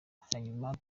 hanyuma